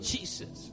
Jesus